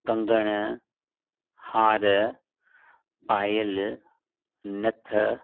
कंगण हार पायल नथ